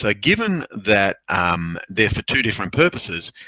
ah given that um they're for two different purposes,